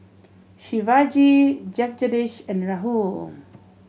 Shivaji and Rahul